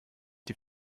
die